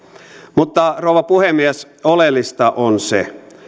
mutta rouva puhemies oleellista on se